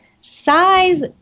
size